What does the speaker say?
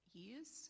years